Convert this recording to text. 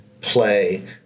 play